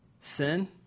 sin